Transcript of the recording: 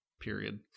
period